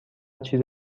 چیز